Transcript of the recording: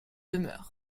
demeurent